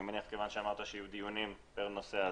אני מניח שמכיוון שאמרת שיהיו דיונים פר נושא,